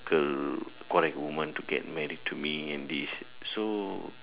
girl correct woman to get married to me and this so